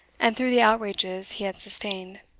and through the outrages he had sustained.